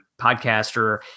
podcaster